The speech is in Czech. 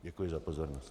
Děkuji za pozornost.